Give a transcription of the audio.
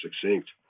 succinct